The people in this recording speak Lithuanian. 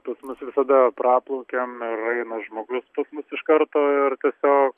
pas mus visada praplaukiam ir aina žmogus pas mus iš karto ir tiesiog